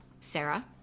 Sarah